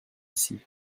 ici